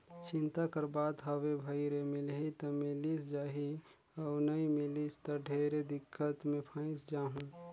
चिंता कर बात हवे भई रे मिलही त मिलिस जाही अउ नई मिलिस त ढेरे दिक्कत मे फंयस जाहूँ